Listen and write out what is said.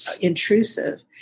intrusive